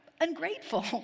ungrateful